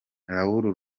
raoul